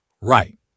right